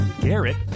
Garrett